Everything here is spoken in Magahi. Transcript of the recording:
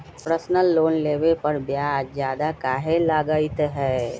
पर्सनल लोन लेबे पर ब्याज ज्यादा काहे लागईत है?